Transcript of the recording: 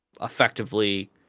effectively